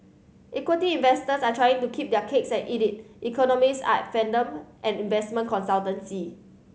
equity investors are trying to keep their cakes and eat it economists at fathom an investment consultancy